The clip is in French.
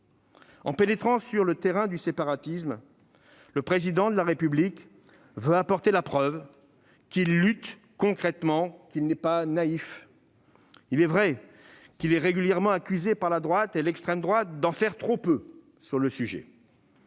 En pénétrant sur le terrain du séparatisme, le Président de la République veut apporter la preuve qu'il lutte concrètement contre ce phénomène, qu'il n'est pas naïf ; il est vrai qu'il est régulièrement accusé par la droite et par l'extrême droite d'en faire trop peu sur ce sujet.